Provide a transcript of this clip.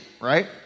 right